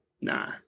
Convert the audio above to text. nah